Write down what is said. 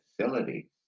facility